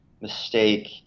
mistake